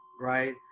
right